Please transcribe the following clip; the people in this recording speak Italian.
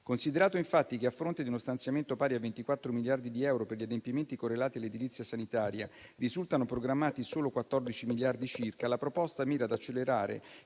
Considerato, infatti, che, a fronte di uno stanziamento pari a 24 miliardi di euro per gli adempimenti correlati all'edilizia sanitaria, risultano programmati solo 14 miliardi circa, la proposta mira ad accelerare